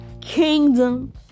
kingdom